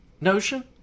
notion